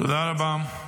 תודה רבה.